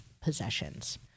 possessions